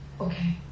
okay